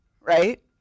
right